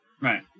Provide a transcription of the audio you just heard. Right